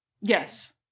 Yes